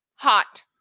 Hot